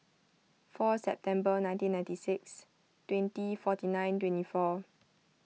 fourth September nineteen ninety six twenty forty nine twenty four